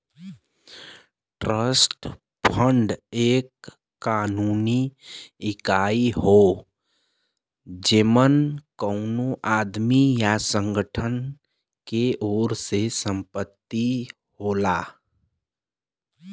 trust fund एक कानूनी इकाई हौ जेमन कउनो आदमी या संगठन के ओर से संपत्ति होला